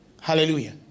Hallelujah